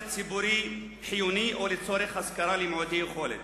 ציבורי חיוני או לצורך השכרה למעוטי יכולת.